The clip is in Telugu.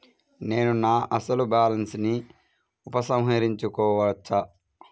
నేను నా అసలు బాలన్స్ ని ఉపసంహరించుకోవచ్చా?